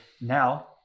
now